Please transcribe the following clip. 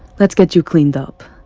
let's get you cleaned up,